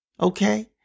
Okay